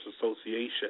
Association